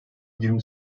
yirmi